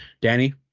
danny